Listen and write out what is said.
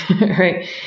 right